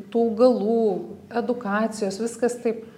tų augalų edukacijos viskas taip